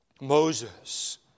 Moses